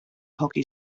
hockey